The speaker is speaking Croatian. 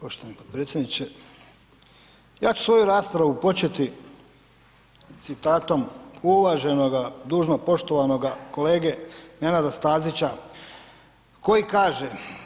Poštovani potpredsjedniče, ja ću svoju raspravu početi citatom uvaženoga dužnopoštovanoga kolege Nenada Stazića koji kaže.